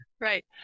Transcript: Right